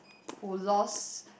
who lost